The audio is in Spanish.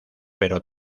pero